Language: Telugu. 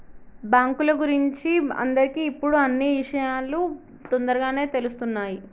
బాంకుల గురించి అందరికి ఇప్పుడు అన్నీ ఇషయాలు తోందరగానే తెలుస్తున్నాయి